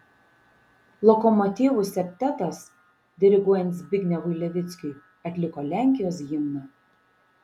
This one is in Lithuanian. lokomotyvų septetas diriguojant zbignevui levickiui atliko lenkijos himną